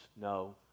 no